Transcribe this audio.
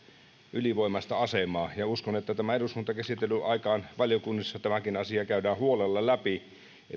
ylivoimaista asemaa uskon että eduskuntakäsittelyn aikaan valiokunnissa tämäkin asia käydään huolella läpi se